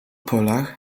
polach